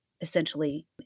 essentially